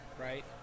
right